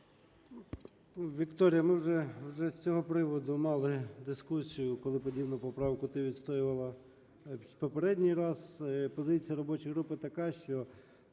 Вікторія, ми вже з цього приводу мали дискусію, коли подібну поправку ти відстоювала в попередній раз. Позиція робочої групи така, що